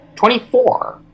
Twenty-four